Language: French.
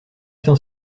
temps